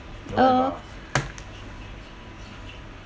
uh